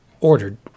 ordered